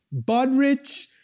Budrich